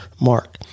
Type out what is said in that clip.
Mark